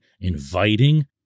inviting